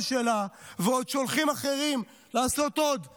שלה ועוד שולחים אחרים לעשות עוד למענם,